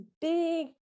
big